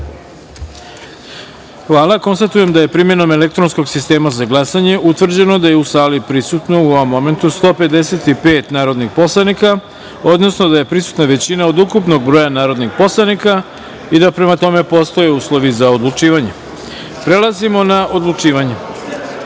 jedinice. Konstatujem da je primenom elektronskog sistema za glasanje utvrđeno da je u sali prisutno 155 narodnih poslanika, odnosno da je prisutna većina od ukupnog broja narodnih poslanika i da, prema tome postoje uslovi za odlučivanje. Prelazimo na odlučivanje. Pošto